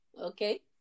okay